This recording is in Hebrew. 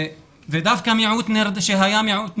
דווקא מיעוט שהיה מיעוט נרדף,